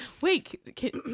wait